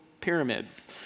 pyramids